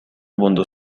mundo